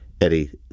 Eddie